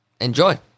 enjoy